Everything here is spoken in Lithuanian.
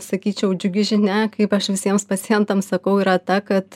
sakyčiau džiugi žinia kaip aš visiems pacientams sakau yra ta kad